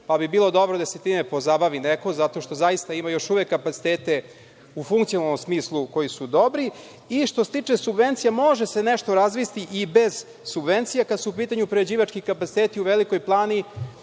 pa bi bilo dobro da se time pozabavi neko, zato što zaista ima još uvek kapacitete u funkcionalnom smislu koji su dobri, i što se tiče subvencija može se nešto razviti i bez subvencija. Kada su u pitanju prerađivački kapaciteti u Velikoj Plani